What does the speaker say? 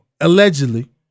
allegedly